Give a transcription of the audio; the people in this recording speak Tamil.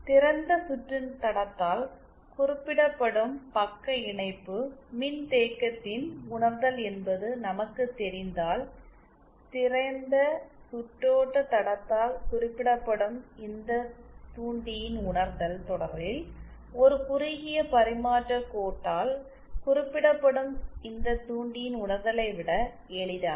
திறந்த சுற்று தடத்தால் குறிப்பிடப்படும் பக்க இணைப்பு மின்தேக்கத்தின் உணர்தல் என்பது நமக்குத் தெரிந்தால் திறந்த சுற்றோட்டத் தடத்தால் குறிப்பிடப்படும் இந்த தூண்டியின் உணர்தல் தொடரில் ஒரு குறுகிய பரிமாற்றக் கோட்டால் குறிப்பிடப்படும் இந்த தூண்டியின் உணர்தலை விட எளிதானது